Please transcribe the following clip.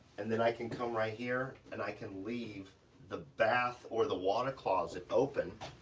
and then i can come right here, and i can leave the bath, or the water closet open.